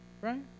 Right